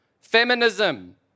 feminism